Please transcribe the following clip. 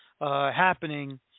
Happening